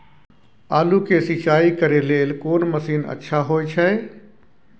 आलू के सिंचाई करे लेल कोन मसीन अच्छा होय छै?